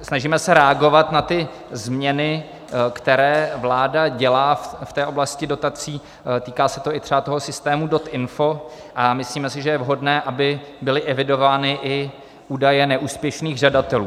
Snažíme se reagovat na ty změny, které vláda dělá v oblasti dotací, týká se to i třeba systému DotInfo, a myslíme si, že je vhodné, aby byly evidovány i údaje neúspěšných žadatelů.